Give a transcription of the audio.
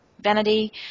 vanity